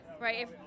right